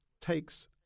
takes